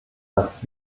dass